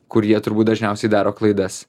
kur jie turbūt dažniausiai daro klaidas